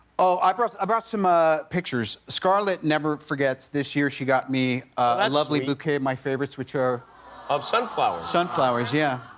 oh. i brought brought some ah pictures. scarlett never forgets. this year she got me a lovely bouquet of my favorites, which are of sunflowers? sunflowers. yeah.